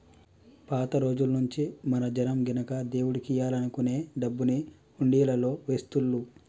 పాత రోజుల్నుంచీ మన జనం గినక దేవుడికియ్యాలనుకునే డబ్బుని హుండీలల్లో వేస్తుళ్ళు